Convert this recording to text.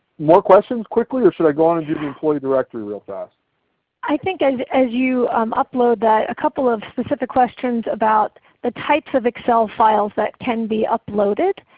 more questions quickly, or should i go on into the employee directory real fast? susan i think and as you um upload that a couple of specific questions about the types of excel files that can be uploaded